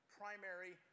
primary